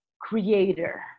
creator